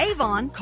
Avon